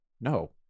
no